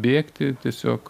bėgti tiesiog